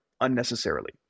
unnecessarily